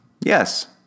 Yes